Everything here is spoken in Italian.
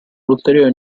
ulteriori